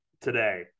today